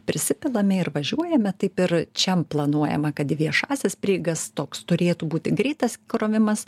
prisipilame ir važiuojame taip ir čia planuojama kad į viešąsias prieigas toks turėtų būti greitas krovimas